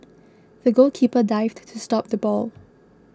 the goalkeeper dived to stop the ball